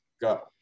go